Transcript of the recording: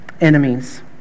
enemies